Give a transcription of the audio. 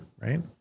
right